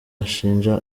ashinja